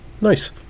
nice